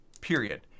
Period